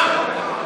אני מצטערת.